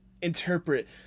interpret